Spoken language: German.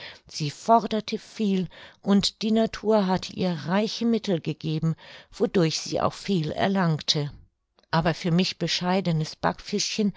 sie forderte viel und die natur hatte ihr reiche mittel gegeben wodurch sie auch viel erlangte aber für mich bescheidenes